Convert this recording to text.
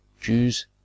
Jews